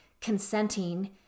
consenting